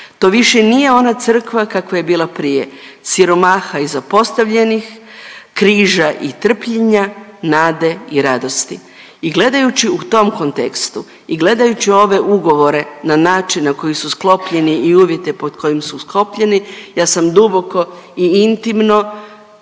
To više nije ona crkva kakva je bila prije, siromaha i zapostavljenih, križa i trpljenja, nade i radosti. I gledajući u tom kontekstu i gledajući ove ugovore na način na koji su sklopljeni i uvjete pod kojim su sklopljeni ja sam duboko i intimno